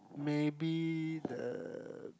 maybe the